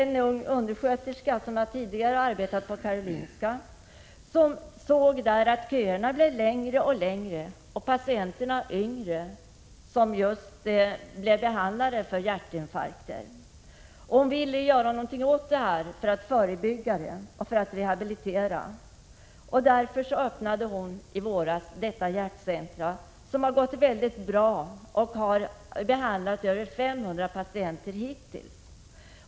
En ung undersköterska som tidigare arbetade på Karolinska sjukhuset såg att köerna där blev längre och längre och patienterna som blev behandlade för hjärtinfarkt blev yngre. Hon ville göra någonting åt detta, försöka förebygga och rehabilitera. Därför öppnade hon i våras detta hjärtcenter, som har gått mycket bra. Man har behandlat över 500 patienter hittills.